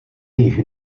již